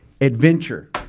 adventure